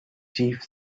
chief